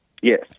Yes